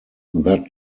that